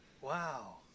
Wow